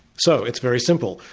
so, it's very simple.